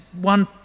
one